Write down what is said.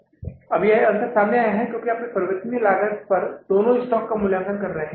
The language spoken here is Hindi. तो अब यह अंतर सामने आया है क्योंकि अब आप परिवर्तनीय लागत पर दोनों स्टॉक का मूल्यांकन कर रहे हैं